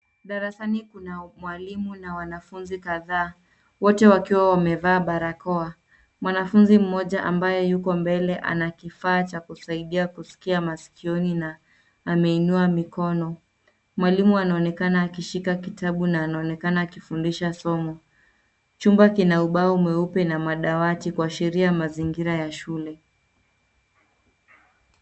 Darasani kuna mwalimu na wanafunzi kadhaa wote wakiwa wamevaa barakoa. Mwanafunzi mmoja ambaye yuko mbele ana kifaa cha kusaidia kuskia maskioni na ameinua mikono. Mwalimu anaonekana akishika kitabu na anaonekana akifundisha somo . Chumba kina ubao mweupe na madawati kuashiria mazingira ya shule.